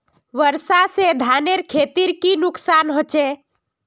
वर्षा से धानेर खेतीर की नुकसान होचे?